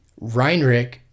Reinrich